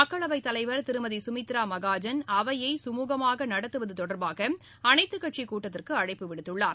மக்களவை தலைவர் திருமதி சுமித்ரா மகாஜன் அவையை சுமூகமாக நடத்துவது தொடர்பாக அனைத்துக் கட்சி கூட்டத்திற்கு அழைப்பு விடுத்துள்ளார்